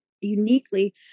uniquely